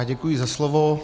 Děkuji za slovo.